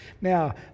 Now